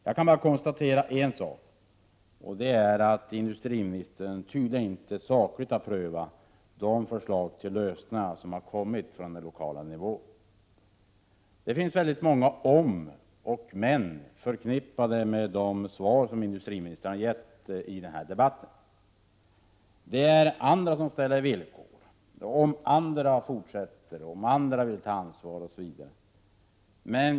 Jag kan bara konstatera att industriministern tydligen inte sakligt har prövat de förslag till lösningar som har lagts fram på lokal nivå. Det har funnits väldigt många om och men förknippade med de svar som industriministern har gett i den här debatten. Det är andra som ställer villkor, heter det, om andra fortsätter, om andra vill ta ansvar osv.